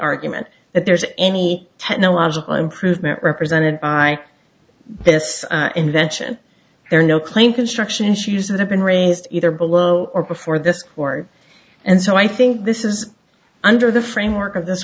argument that there's any technological improvement represented by this invention there are no claim construction issues that have been raised either below or before this court and so i think this is under the framework of this